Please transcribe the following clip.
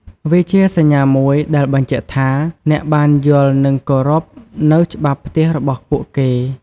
វាជាសញ្ញាមួយដែលបញ្ជាក់ថា អ្នកបានយល់និងគោរពនូវច្បាប់ផ្ទះរបស់ពួកគេ។